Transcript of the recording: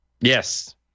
Yes